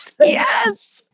yes